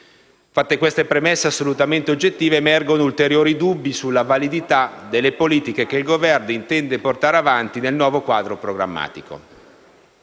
Fatte queste premesse, assolutamente oggettive, emergono ulteriori dubbi sulla validità delle politiche che il Governo intende portare avanti nel nuovo quadro programmatico.